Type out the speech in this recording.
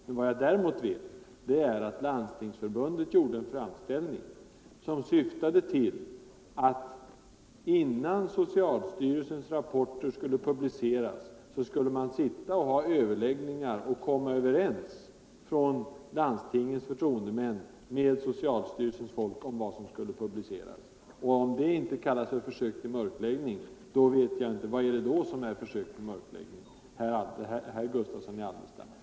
Men vad jag däremot vet är att Landstingsförbundet gjorde en framställning som syftade till att innan socialstyrelsens rapporter skulle publiceras, skulle man ha överläggningar, och landstingets förtroendemän skulle komma överens med socialstyrelsens folk om vad som skulle publiceras. Om det inte kallas försök till mörkläggning, vad är det då som är försök till mörkläggning, herr Gustavsson i Alvesta?